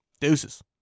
Deuces